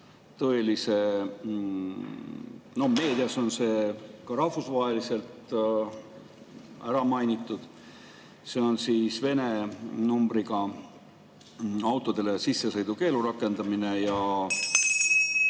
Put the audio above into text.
sammuga. Meedias on see ka rahvusvaheliselt ära mainitud, see on Vene numbriga autodele sissesõidukeelu rakendamine ja ...